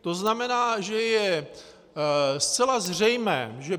To znamená, že je zcela zřejmé, že